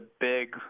big